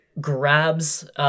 grabs